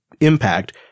impact